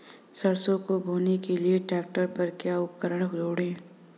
सरसों को बोने के लिये ट्रैक्टर पर क्या उपकरण जोड़ें?